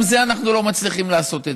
גם את זה אנחנו לא מצליחים לעשות,